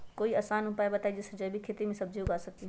कोई आसान उपाय बताइ जे से जैविक खेती में सब्जी उगा सकीं?